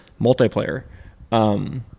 multiplayer